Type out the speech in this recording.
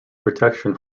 protection